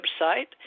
website